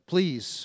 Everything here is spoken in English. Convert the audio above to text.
Please